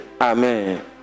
Amen